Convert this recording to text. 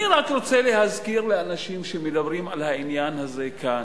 אני רק רוצה להזכיר לאנשים שמדברים על העניין הזה כאן,